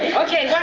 and ok, yeah